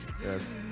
yes